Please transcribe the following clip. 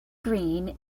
green